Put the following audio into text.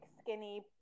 skinny